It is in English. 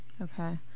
Okay